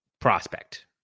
prospect